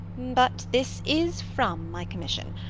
but this is from my commission.